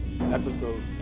episode